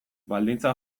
baldintza